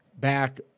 back